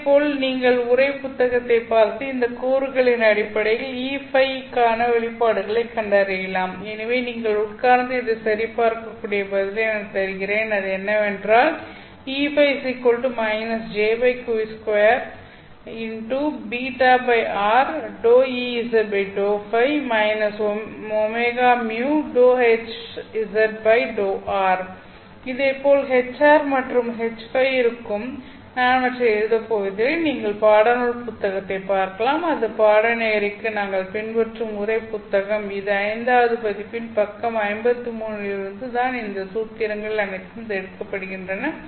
இதேபோல் நீங்கள் உரை புத்தகத்தைப் பார்த்து இந்த கூறுகளின் அடிப்படையில் Eϕ க்கான வெளிப்பாடுகளைக் கண்டறியலாம் எனவே நீங்கள் உட்கார்ந்து இதைச் சரிபார்க்கக்கூடிய பதிலை நான் தருகிறேன் அது என்னவென்றால் இதேபோல் Hr மற்றும் Hϕ இருக்கும் நான் அவற்றை எழுதப் போவதில்லை நீங்கள் பாடநூல் புத்தகத்தை பார்க்கலாம் இது பாடநெறிக்கு நாங்கள் பின்பற்றும் உரை புத்தகம் இது ஐந்தாவது பதிப்பின் பக்கம் எண் 53 லிருந்து தான் இந்த சூத்திரங்கள் அனைத்தும் எடுக்கப்படுகின்றன